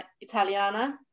Italiana